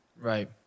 Right